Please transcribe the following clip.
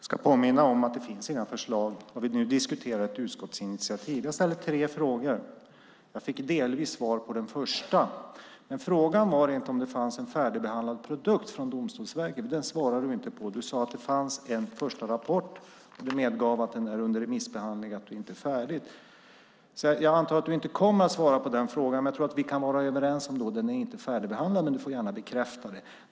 Fru talman! Jag ska påminna om att det inte finns några förslag. Det vi nu diskuterar är ett utskottsinitiativ. Jag ställde tre frågor. Jag fick delvis svar på den första. Men frågan var om det fanns en färdigbehandlad produkt från Domstolsverket. Det svarade du inte på. Du sade att det fanns en första rapport. Du medgav att den är under remissbehandling och att det inte är färdigt. Jag antar att du inte kommer att svara på den frågan, men jag tror att vi kan vara överens om att den inte är färdigbehandlad. Du får gärna bekräfta det.